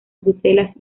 bruselas